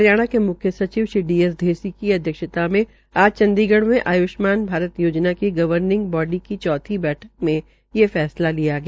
हरियाणा के म्ख्य सचिव श्री डीएसऐसी की अध्यक्षता में आज चंडीग में आय्ष्मान भारत योजना की गर्वनिंग बॉडी की चौथी बैठक ये फैसला लिया गया